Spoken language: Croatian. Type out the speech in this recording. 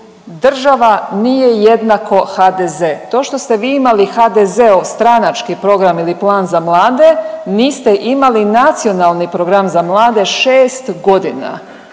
država nije jednako HDZ. To što ste vi imali HDZ-ov stranački program ili plan za mlade niste imali Nacionalni program za mlade šest godina.